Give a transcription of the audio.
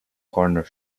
corner